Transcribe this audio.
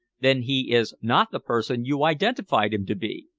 then he is not the person you identified him to be?